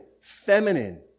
feminine